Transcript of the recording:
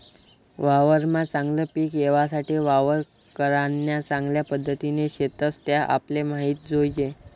वावरमा चागलं पिक येवासाठे वावर करान्या चांगल्या पध्दती शेतस त्या आपले माहित जोयजे